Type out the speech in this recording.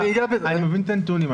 אביעד, אני מבין את הנתונים.